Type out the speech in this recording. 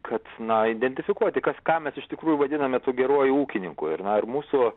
kad na identifikuoti kas ką mes iš tikrųjų vadiname tuo geruoju ūkininku ir na ir mūsų